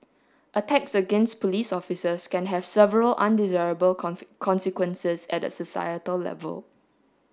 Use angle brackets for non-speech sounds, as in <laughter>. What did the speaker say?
attacks against police officers can have several undesirable <unintelligible> consequences at a societal level